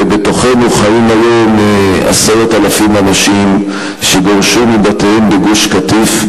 ובתוכנו חיים היום 10,000 אנשים שגורשו מבתיהם בגוש-קטיף,